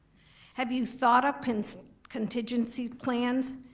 have you thought up and so contingency plans?